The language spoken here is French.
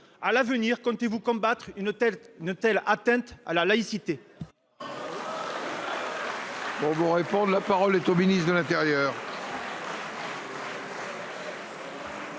à l’avenir, comptez vous combattre de telles atteintes à la laïcité ?